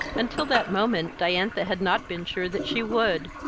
until that moment diantha had not been sure that she would,